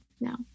no